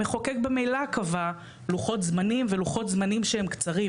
המחוקק ממילא קבע לוחות זמנים ולוחות זמנים שהם קצרים.